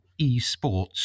Esports